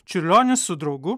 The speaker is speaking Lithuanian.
čiurlionis su draugu